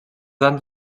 anys